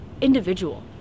individual